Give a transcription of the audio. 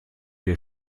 wir